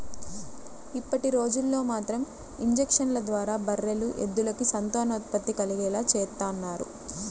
ఇప్పటిరోజుల్లో మాత్రం ఇంజక్షన్ల ద్వారా బర్రెలు, ఎద్దులకి సంతానోత్పత్తి కలిగేలా చేత్తన్నారు